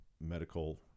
medical